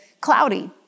cloudy